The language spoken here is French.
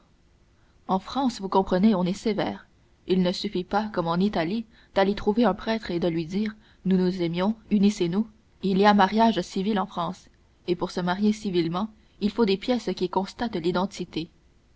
en france vous comprenez on est sévère il ne suffit pas comme en italie d'aller trouver un prêtre et de lui dire nous nous aimons unissez nous il y a mariage civil en france et pour se marier civilement il faut des pièces qui constatent l'identité